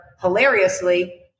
Hilariously